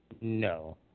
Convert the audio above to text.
No